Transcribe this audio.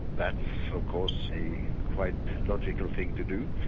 that's of course a quite logical thing to do.